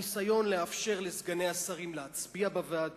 הניסיון לאפשר לסגני השרים להצביע בוועדות.